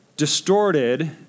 distorted